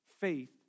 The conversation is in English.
faith